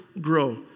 grow